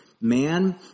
man